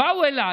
באו אליי.